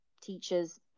teachers